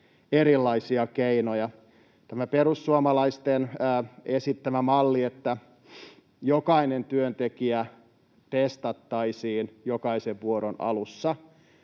että tämä perussuomalaisten esittämä malli, että jokainen työntekijä testattaisiin jokaisen vuoron alussa,